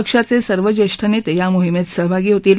पक्षाचे सर्व ज्येष्ठ नेते या मोहिमेत सहभागी होतील